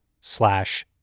slash